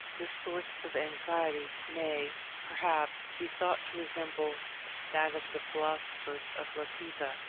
this source of anxiety may, perhaps, be thought to resemble that of the philosophers of laputa,